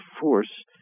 force